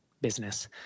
business